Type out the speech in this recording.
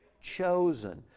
chosen